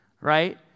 right